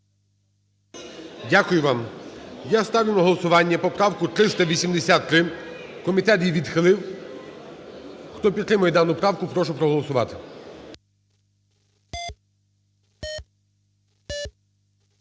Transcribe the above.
Дякую вам. Я ставлю на голосування поправку 383. Комітет її відхилив. Хто підтримує дану правку, прошу проголосувати.